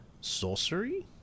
Sorcery